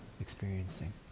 experiencing